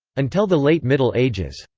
until the late middle ages,